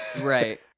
right